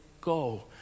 go